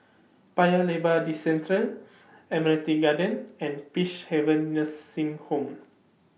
Paya Lebar Districentre Admiralty Garden and Peacehaven Nursing Home